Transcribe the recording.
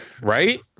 Right